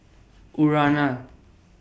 Urana